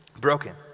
broken